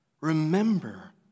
Remember